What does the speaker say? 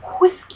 Whiskey